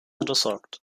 untersagt